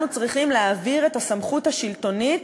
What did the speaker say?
אנחנו צריכים להעביר את הסמכות השלטונית?